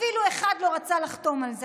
אפילו אחד לא רצה לחתום על זה.